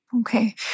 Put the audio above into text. Okay